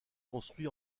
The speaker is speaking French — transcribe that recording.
construit